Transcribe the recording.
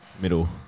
middle